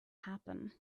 happen